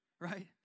Right